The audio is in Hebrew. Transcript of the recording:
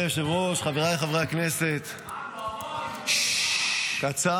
חבר הכנסת סעדה,